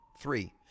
Three